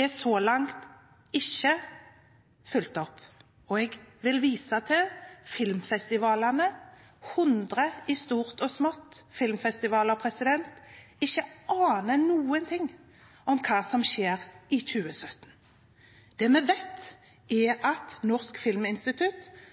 er så langt ikke fulgt opp, og jeg vil vise til at filmfestivalene – 100 filmfestivaler, i stort og smått – ikke aner noen ting om hva som skjer i 2017. Det vi vet, er at Norsk filminstitutt,